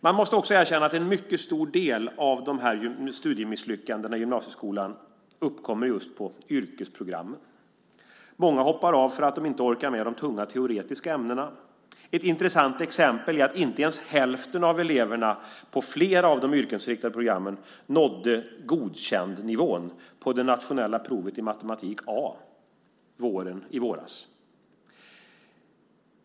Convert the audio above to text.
Man måste också erkänna att en mycket stor del av studiemisslyckandena i gymnasieskolan uppkommer just på yrkesprogrammen. Många hoppar av för att de inte orkar med de tunga teoretiska ämnena. Ett intressant exempel är att inte ens hälften av eleverna på flera av de yrkesinriktade programmen nådde nivån Godkänd på det nationella provet i matematik A i våras.